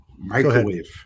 Microwave